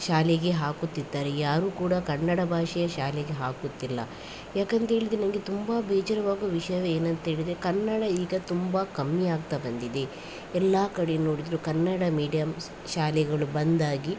ಶಾಲೆಗೆ ಹಾಕುತ್ತಿದ್ದಾರೆ ಯಾರೂ ಕೂಡ ಕನ್ನಡ ಭಾಷೆ ಶಾಲೆಗೆ ಹಾಕುತ್ತಿಲ್ಲ ಯಾಕಂತ ಹೇಳಿದ್ರೆ ನಂಗೆ ತುಂಬ ಬೇಜಾರಾಗೋ ವಿಷ್ಯ ಏನಂತ ಹೇಳಿದ್ರೆ ಕನ್ನಡ ಈಗ ತುಂಬ ಕಮ್ಮಿ ಆಗ್ತಾ ಬಂದಿದೆ ಎಲ್ಲಾ ಕಡೆ ನೋಡಿದ್ರು ಕನ್ನಡ ಮೀಡಿಯಮ್ಸ್ ಶಾಲೆಗಳು ಬಂದಾಗಿ